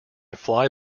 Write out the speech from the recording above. fly